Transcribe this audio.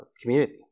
community